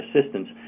assistance